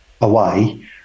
away